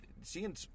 seeing